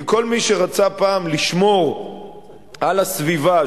כי כל מי שרצה פעם לשמור על הסביבה,